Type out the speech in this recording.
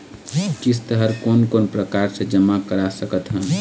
किस्त हर कोन कोन प्रकार से जमा करा सकत हन?